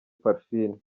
parfine